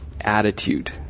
attitude